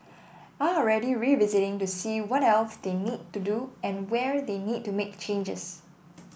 are already revisiting to see what else they need to do and where they need to make changes